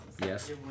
Yes